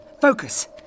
Focus